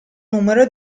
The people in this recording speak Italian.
numero